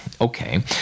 Okay